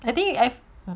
I think you have